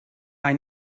ein